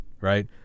Right